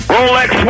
Rolex